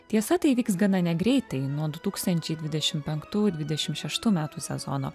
tiesa tai įvyks gana negreitai nuo du tūkstančiai dvidešim penktų dvidešim šeštų metų sezono